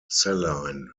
saline